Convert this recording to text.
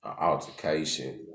altercation